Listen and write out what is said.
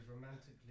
romantically